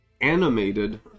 Animated